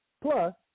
plus